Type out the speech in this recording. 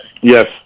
Yes